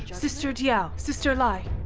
sister diao, sister lai,